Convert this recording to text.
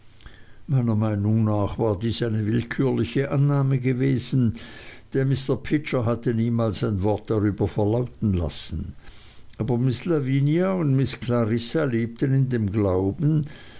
meiner meinung nach war dies eine willkürliche annahme gewesen denn mr pidger hatte niemals ein wort darüber verlauten lassen aber miß lavinia und miß clarissa lebten in dem glauben